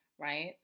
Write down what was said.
right